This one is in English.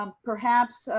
perhaps,